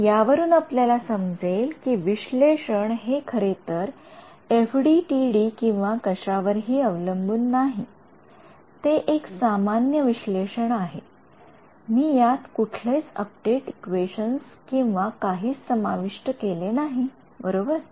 तर यावरून आपल्याला समजेल कि विश्लेषण हे खरेतर एफडीटीडी किंवा कशावरही अवलंबून नाही ते एक सामान्य विश्लेषण आहे मी यात कुठलेच अपडेट इक्वेशन्स किंवा काहीच समाविष्ट केले नाही बरोबर